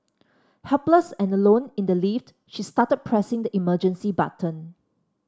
helpless and alone in the lift she started pressing the emergency button